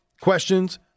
Questions